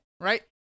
right